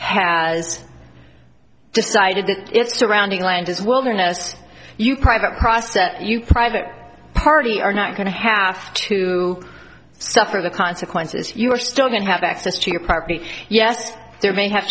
has decided that it's to rounding land as wilderness you private crossed that you private party are not going to have to suffer the consequences you are still going to have access to your property yes there may have